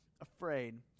afraid